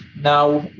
Now